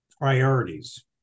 priorities